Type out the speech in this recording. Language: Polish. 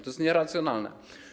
To jest nieracjonalne.